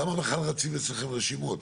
למה בכלל רצות רשימות אצלכם?